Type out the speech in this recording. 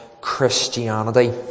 Christianity